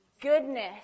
goodness